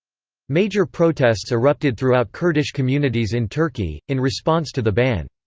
major protests erupted throughout kurdish communities in turkey, in response to the ban.